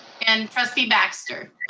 and trustee baxter.